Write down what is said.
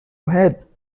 ahead